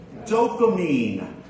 dopamine